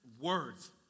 words